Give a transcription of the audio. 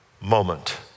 moment